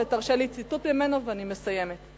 תרשה לי ציטוט ממנו ואני מסיימת: